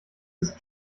ist